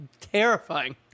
Terrifying